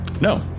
no